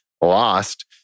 lost